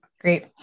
Great